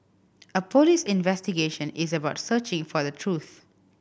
a police investigation is about searching for the truth